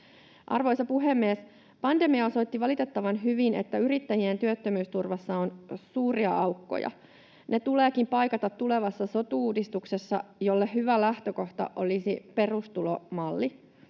Arvoisa puhemies! Pandemia osoitti valitettavan hyvin, että yrittäjien työttömyysturvassa on suuria aukkoja. Ne tuleekin paikata tulevassa sotu-uudistuksessa, jolle hyvä lähtökohta olisi perustulomalli.